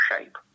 shape